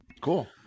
Cool